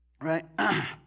right